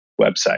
website